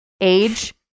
age